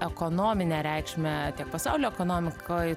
ekonominę reikšmę tiek pasaulio ekonomikoj